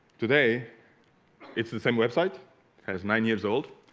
today it's the same website has nine years old